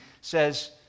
says